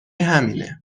همینه